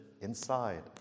inside